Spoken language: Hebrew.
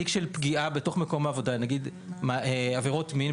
תיק של פגיעה בתוך מקום העבודה נגיד עבירות מין,